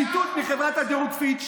ציטוט של חברת הדירוג פיץ',